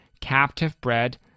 captive-bred